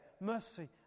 mercy